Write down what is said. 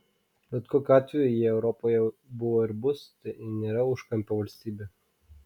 bet kokiu atveju jie europoje buvo ir bus tai nėra užkampio valstybė